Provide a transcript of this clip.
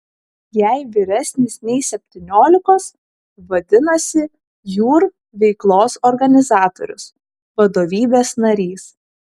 jei vyresnis nei septyniolikos vadinasi jūr veiklos organizatorius vadovybės narys